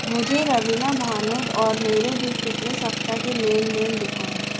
मुझे रवीना भानोद और मेरे बीच पिछले सप्ताह के लेनदेन दिखाएँ